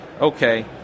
okay